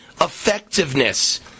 effectiveness